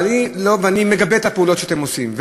אני מגבה את הפעולות שאתם עושים,